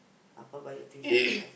Appa buy the things and put ah